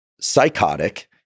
Psychotic